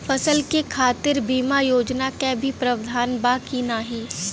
फसल के खातीर बिमा योजना क भी प्रवाधान बा की नाही?